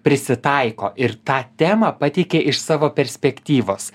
prisitaiko ir tą temą pateikė iš savo perspektyvos